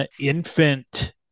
infant